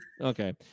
Okay